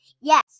Yes